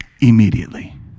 immediately